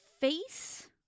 face